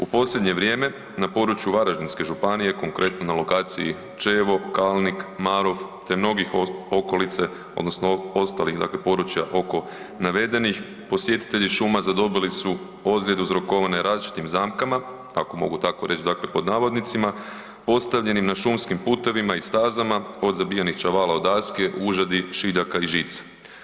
U posljednje vrijeme na području Varaždinske županije, konkretno na lokaciji Čeevo, Kalnik, Marof te mnogo okolice odnosno ostalih područja oko navedenih, posjetitelji šuma zadobili su ozljede uzrokovane različitim zamkama, ako mogu tako reći pod navodnicima postavljenim na šumskim putevima i stazama od zabijenih čavala u daske, užadi, šiljaka i žice.